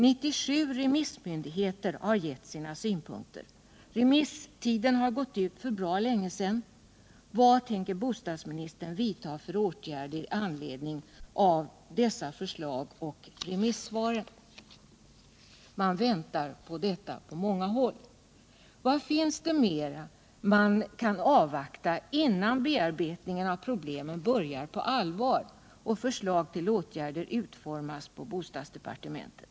97 remissmyndigheter har gett sina synpunkter. Remisstiden har gått ut för bra länge sedan. Vilka åtgärder avser Elvy Olsson att vidta med anledning av dessa förslag och remissvar? Från många håll väntar man på svar. Vad kan man mera avvakta innan bearbetningen av problemen på allvar börjar och förslag till åtgärder utformas på bostadsdepartementet?